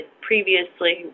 previously